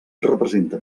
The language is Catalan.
representa